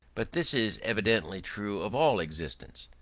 but this is evidently true of all existence.